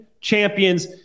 champions